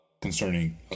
concerning